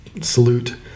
Salute